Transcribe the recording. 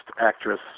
actress